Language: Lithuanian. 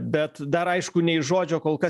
bet dar aišku nei žodžio kol kas